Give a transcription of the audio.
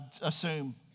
assume